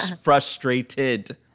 Frustrated